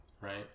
right